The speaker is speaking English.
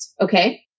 okay